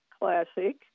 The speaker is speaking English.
Classic